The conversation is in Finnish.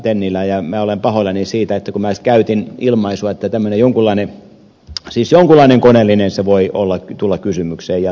tennilä ja minä olen pahoillani siitä että minä edes käytin ilmaisua että tämmöinen jonkunlainen koneellinen voi tulla kysymykseen jatkossakin